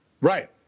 Right